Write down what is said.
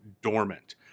dormant